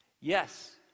Yes